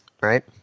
right